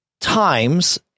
times